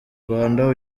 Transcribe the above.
rwanda